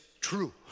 true